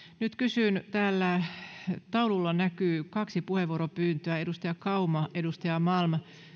nyt kysyn täällä taululla näkyy kaksi puheenvuoropyyntöä edustaja kauma edustaja malm